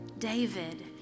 David